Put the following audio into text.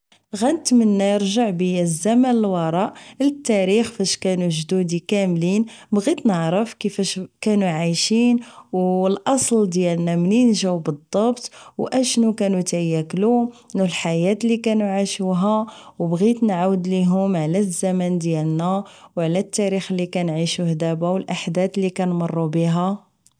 غنتمنى ارجع بيا الزمان للوراء للتاريخ فاش كانو جدودي كاملين بغيت نعرف كيفاش كانو عايشين و الاصل ديالنا منين جاو بالضبط واشنو كانو تياكلو و الحياة اللي كانو عاشوها و بغيت نعاود ليهم على الزمان ديالنا و على التاريخ اللي كنعيشوه دبا و الاحدات اللي كنمرو يها